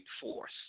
force